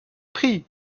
pris